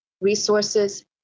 resources